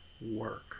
work